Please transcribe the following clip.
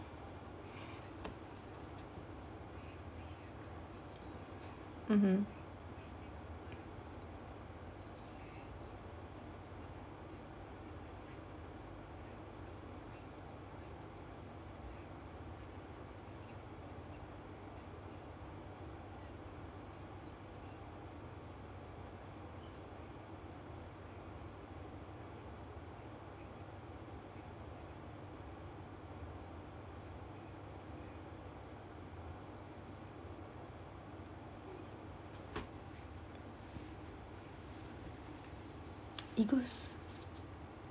mmhmm egos